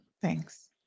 Thanks